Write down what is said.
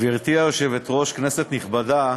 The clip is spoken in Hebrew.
גברתי היושבת-ראש, כנסת נכבדה,